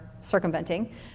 circumventing